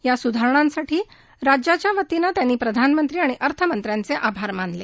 या सुधारणांसाठी राज्याच्या वतीनं त्यांनी प्रधानमंत्री आणि अर्थमंत्र्यांचे आभार मानले